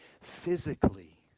physically